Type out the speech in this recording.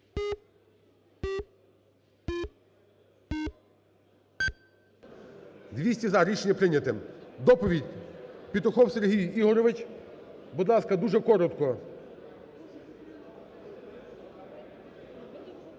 200 – за. Рішення прийняте. Доповідь – Петухов Сергій Ігорович. Будь ласка, дуже коротко. Дуже лаконічно,